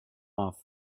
off